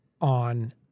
on –